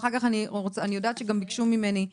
אני רוצה להתייחס ממש נקודתית.